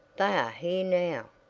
they are here now.